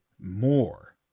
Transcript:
more